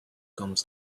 comes